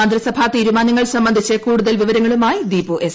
മന്ത്രിസഭാ തീരുമാനങ്ങൾ സംബന്ധിച്ച് കൂടുതൽ വിവരങ്ങളു മായി ദീപു എസ്